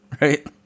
Right